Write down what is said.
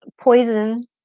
poison